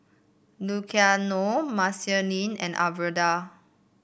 Luciano Marceline and Alverda